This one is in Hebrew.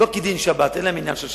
לא כדין שבת, אין להם עניין של שבת,